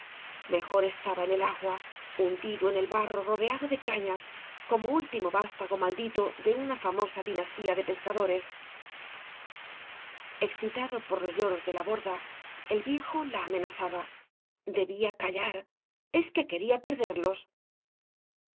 mejor estaba en el agua hundido en el barro rodeado de cañas como último vastago maldito de una famosa dinastía de pescadores excitado por los lloros de la borda el viejo la amenazaba debía callar es que quería perderlos